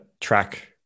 track